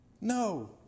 No